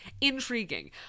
Intriguing